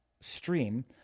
stream